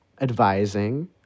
advising